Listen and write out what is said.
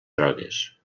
drogues